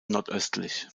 nordöstlich